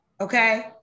Okay